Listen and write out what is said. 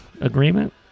agreement